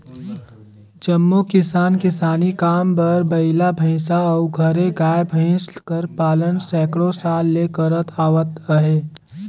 जम्मो किसान किसानी काम बर बइला, भंइसा अउ घरे गाय, भंइस कर पालन सैकड़ों साल ले करत आवत अहें